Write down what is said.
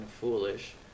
foolish